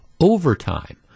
overtime